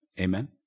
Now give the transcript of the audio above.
Amen